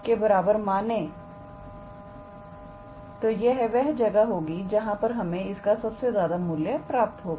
के बराबर माने तो यह वह जगह होगी जहां पर हमें इसका सबसे ज्यादा मूल्य प्राप्त होगा